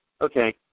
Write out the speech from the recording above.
Okay